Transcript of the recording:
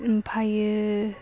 ओमफ्राय